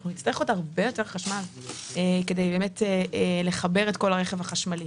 אנחנו נצטרך עוד הרבה יותר חשמל כדי לחבר את כל הרכב החשמלי.